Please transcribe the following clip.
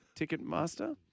Ticketmaster